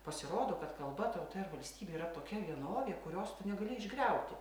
pasirodo kad kalba tauta ir valstybė yra tokia vienovė kurios tu negali išgriauti